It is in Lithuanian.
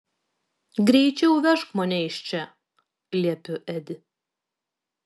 greičiau vežk mane iš čia liepiu edi